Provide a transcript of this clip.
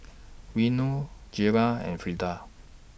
Reno Jayla and Frieda